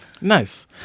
Nice